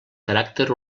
caràcter